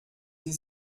sie